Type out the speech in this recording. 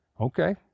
Okay